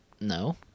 no